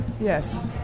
yes